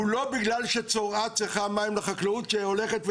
הוא לא בגלל שצואה צריכה מים לחקלאות שהולכת,